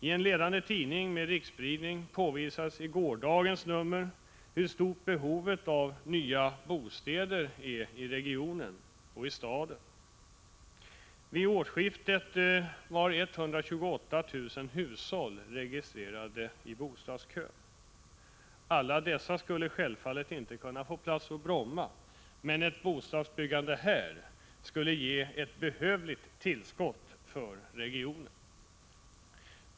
I en ledande tidning med riksspridning påvisades i gårdagens nummer hur stort behovet av nya bostäder är i regionen och i staden. Vid årsskiftet var 128 000 hushåll registrerade i bostadskön. Alla dessa skulle självfallet inte kunna få plats i Bromma, men ett bostadsbyggande här skulle ge ett behövligt tillskott för regionen.